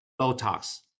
Botox